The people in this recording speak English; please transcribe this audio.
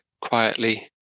quietly